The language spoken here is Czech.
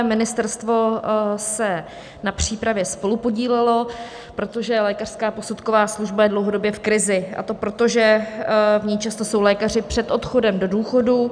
Ministerstvo se na přípravě spolupodílelo, protože lékařská posudková služba je dlouhodobě v krizi, a to proto, že v ní často jsou lékaři před odchodem do důchodu.